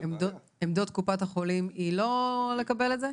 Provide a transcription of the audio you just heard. עמדת קופות החולים היא לא לקבל את זה?